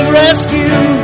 rescue